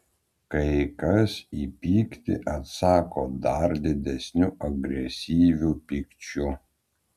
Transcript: kai kas į pyktį atsako dar didesniu agresyviu pykčiu